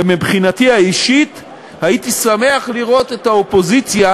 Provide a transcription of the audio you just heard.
ומבחינתי האישית הייתי שמח לראות את האופוזיציה